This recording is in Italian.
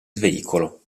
veicolo